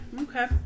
okay